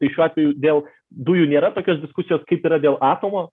tai šiuo atveju dėl dujų nėra tokios diskusijos kaip yra dėl atomo